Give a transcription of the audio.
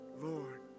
Lord